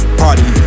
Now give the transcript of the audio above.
party